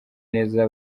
neza